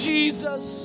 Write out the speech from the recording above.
Jesus